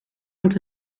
met